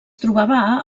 trobava